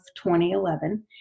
2011